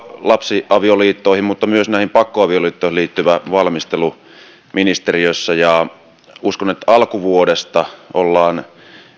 lapsiavioliittoihin mutta myös pakkoavioliittoihin liittyvä valmistelu ministeriössä ja uskon että alkuvuodesta ollaan